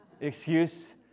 excuse